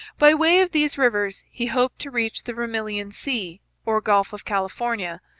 by way of these rivers he hoped to reach the vermilion sea, or gulf of california,